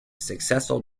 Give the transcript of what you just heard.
successful